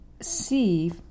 see